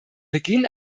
beginn